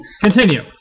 Continue